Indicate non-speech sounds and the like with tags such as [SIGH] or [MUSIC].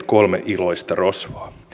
[UNINTELLIGIBLE] kolme iloista rosvoa ovat ne vieneet